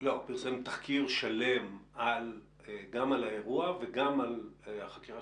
פרסמו תחקיר שלם גם על האירוע וגם על החקירה.